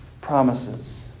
promises